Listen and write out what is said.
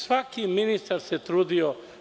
Svaki ministar se trudio.